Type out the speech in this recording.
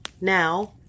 Now